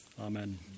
Amen